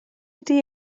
ydy